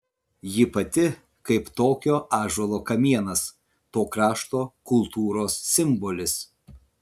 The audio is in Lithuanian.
ji pati kaip tokio ąžuolo kamienas to krašto kultūros simbolis